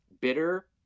bitter